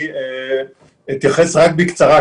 אני אתייחס בקצרה,